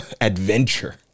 adventure